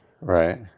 right